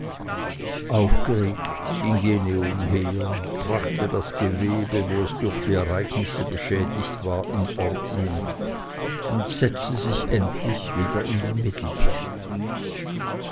aufgeregt ging jene umher brachte das gewebe wo es durch die ereignisse beschädigt war in ordnung und setzte sich endlich wieder in den mittelpunkt